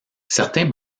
certains